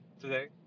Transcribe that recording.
today